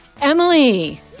Emily